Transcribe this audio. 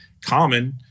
Common